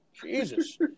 jesus